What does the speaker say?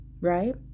right